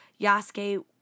Yasuke